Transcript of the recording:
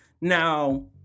Now